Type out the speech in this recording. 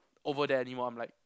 over there anymore I'm like